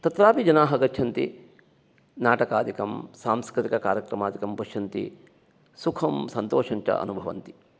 तत्रापि जनाः गच्छन्ति नाटकादिकं सांस्कृतिककार्यक्रमादिकं पश्यन्ति सुखं सन्तोषञ्च अनुभवन्ति